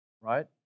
right